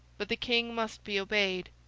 but the king must be obeyed.